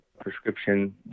prescription